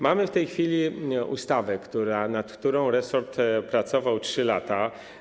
Mamy w tej chwili ustawę, nad którą resort pracował 3 lata.